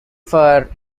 fur